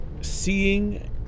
seeing